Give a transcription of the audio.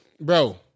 Bro